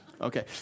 Okay